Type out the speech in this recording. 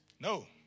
No